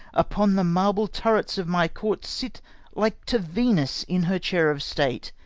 upon the marble turrets of my court sit like to venus in her chair of state,